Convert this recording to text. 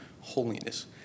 holiness